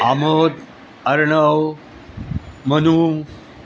Amod Arnav Manu